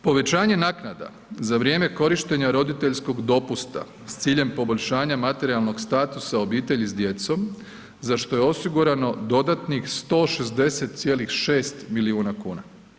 Povećanje naknada za vrijeme korištenja roditeljskog dopusta s ciljem poboljšanja materijalnog statusa obitelji s djecom za što je osigurano dodatnih 160,6 milijuna kuna.